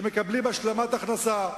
שמקבלים השלמת הכנסה,